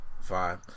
Fine